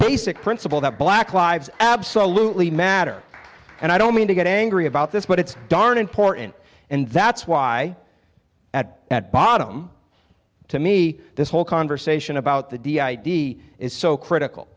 basic principle that black lives absolutely matter and i don't mean to get angry about this but it's darn important and that's why at at bottom to me this whole conversation about the d id is so critical